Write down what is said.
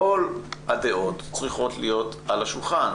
שכל הדעות צריכות להיות על השולחן.